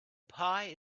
pie